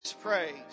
praise